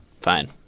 Fine